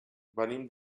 venim